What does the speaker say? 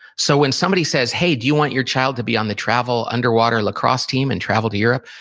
so when somebody says, hey, do you want your child to be on the travel underwater lacrosse team and travel to europe?